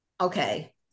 okay